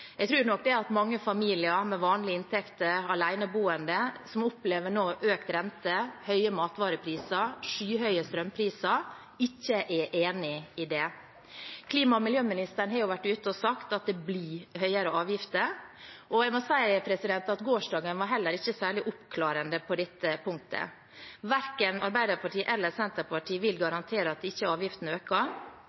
Jeg tror nok at mange familier med vanlige inntekter og aleneboende som nå opplever økt rente, høye matvarepriser og skyhøye strømpriser, ikke er enig i det. Klima- og miljøministeren har vært ute og sagt at det blir høyere avgifter, og jeg må si at gårsdagen var heller ikke særlig oppklarende på dette punktet. Verken Arbeiderpartiet eller Senterpartiet vil garantere at avgiftene ikke øker,